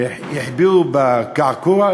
החביאו בקעקוע,